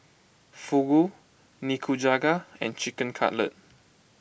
Fugu Nikujaga and Chicken Cutlet